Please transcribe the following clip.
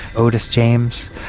otis james,